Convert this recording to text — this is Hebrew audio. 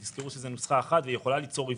כי תזכרו שזה נוסחה אחת והיא יכולה ליצור עיוות,